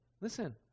listen